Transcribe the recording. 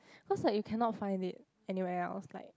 cause like you cannot find it anywhere else like